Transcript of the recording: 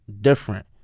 different